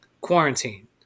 quarantine